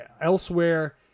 elsewhere